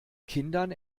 kindern